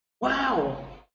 Wow